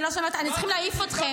צריכים להעיף אתכם.